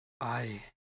I